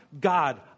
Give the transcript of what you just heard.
God